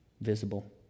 visible